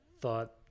thought